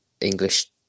English